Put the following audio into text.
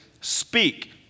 speak